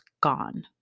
gone